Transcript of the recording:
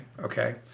okay